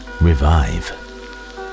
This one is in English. revive